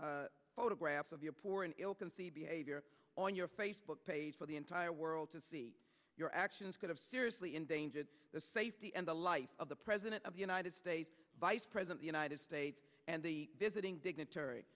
polls photographs of your poor and ill conceived behavior on your facebook page for the entire world to see your actions could have seriously endangered the safety and the life of the president of the united states vice president the united states and the visiting dignitar